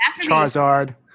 Charizard